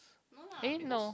eh no